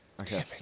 Okay